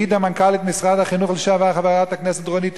העידה מנכ"לית משרד החינוך לשעבר חברת הכנסת רונית